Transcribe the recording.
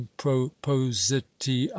propositi